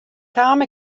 kaam